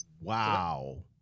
Wow